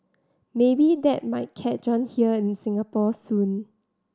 maybe that might catch on here in Singapore soon